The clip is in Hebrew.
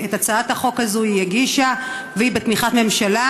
את הצעת החוק הזאת היא הגישה והיא בתמיכת ממשלה,